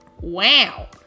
Wow